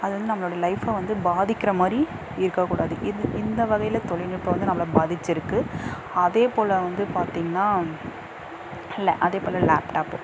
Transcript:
அது வந்து நம்மளோடய லைஃப்பை வந்து பாதிக்கிறமாதிரி இருக்கக்கூடாது இது இந்த வகையில் தொழில்நுட்பம் வந்து நம்மள பாதிச்சுருக்கு அதே போல வந்து பார்த்தீங்கன்னா இல்லை அதே போல லேப்டாப்பு